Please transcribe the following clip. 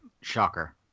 Shocker